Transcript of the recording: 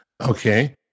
Okay